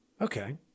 Okay